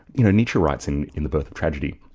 you know, nietzsche writes in in the birth of tragedy,